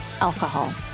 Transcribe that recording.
alcohol